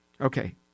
okay